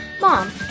Mom